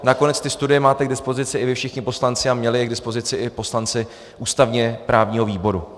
Nakonec ty studie máte k dispozici i vy všichni poslanci a měli je k dispozici i poslanci ústavněprávního výboru.